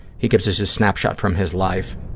he gives us a snapshot from his life,